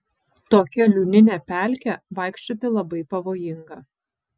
tokia liūnine pelke vaikščioti labai pavojinga